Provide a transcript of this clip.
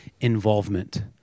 involvement